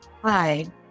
Hi